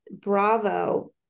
Bravo